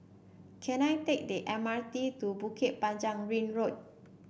can I take the M R T to Bukit Panjang Ring Road